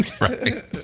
Right